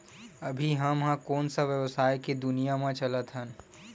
अभी हम ह कोन सा व्यवसाय के दुनिया म चलत हन?